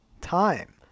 time